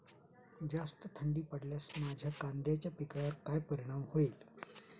जास्त थंडी पडल्यास माझ्या कांद्याच्या पिकावर काय परिणाम होईल?